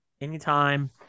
anytime